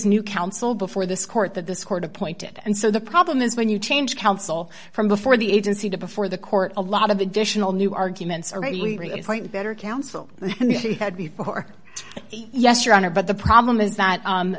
new counsel before this court that this court appointed and so the problem is when you change counsel from before the agency to before the court a lot of additional new arguments are better counsel had before yes your honor but the problem is that